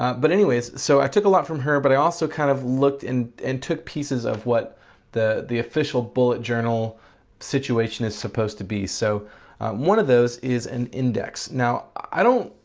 um but anyways, so i took a lot from her but i also kind of looked and took pieces of what the the official bullet journal situation is supposed to be. so one of those is an index. now, i don't.